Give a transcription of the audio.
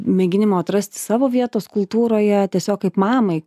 mėginimo atrasti savo vietos kultūroje tiesiog kaip mamai